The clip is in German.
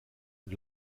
und